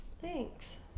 thanks